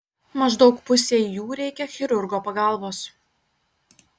maždaug pusei jų reikia chirurgo pagalbos